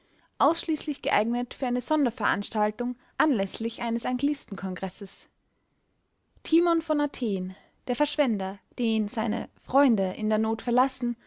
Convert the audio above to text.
ausschließlich geeignet für eine sonderveranstaltung anläßlich eines anglistenkongresses timon von athen der verschwender den seine freunde in der not verlassen